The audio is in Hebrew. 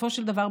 בסופו של דבר,